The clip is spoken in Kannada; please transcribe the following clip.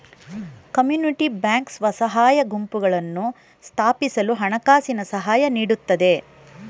ಕಮ್ಯುನಿಟಿ ಬ್ಯಾಂಕ್ ಸ್ವಸಹಾಯ ಗುಂಪುಗಳನ್ನು ಸ್ಥಾಪಿಸಲು ಹಣಕಾಸಿನ ಸಹಾಯ ನೀಡುತ್ತೆ